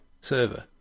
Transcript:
server